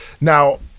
Now